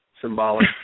symbolic